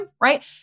right